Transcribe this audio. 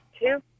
two